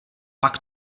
pak